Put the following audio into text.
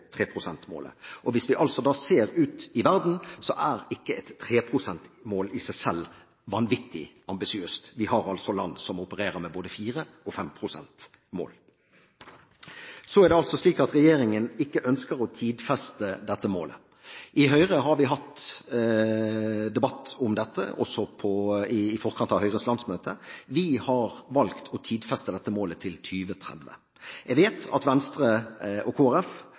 og hvis vi altså ser ut i verden, er ikke et 3 pst.-mål i seg selv vanvittig ambisiøst. Vi har land som opererer med både 4 pst.-mål og 5 pst.-mål. Regjeringen ønsker altså ikke å tidfeste dette målet. I Høyre har vi hatt debatt om dette – også i forkant av Høyres landsmøte. Vi har valgt å tidfeste dette målet til 2030. Jeg vet at Venstre og